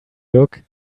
look